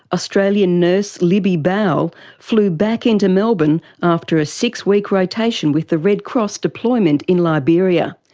australian nurse libby bowell flew back into melbourne after a six-week rotation with the red cross deployment in liberia.